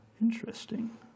Interesting